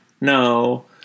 No